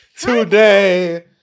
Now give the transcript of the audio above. today